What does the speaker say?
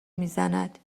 میزند